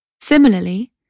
Similarly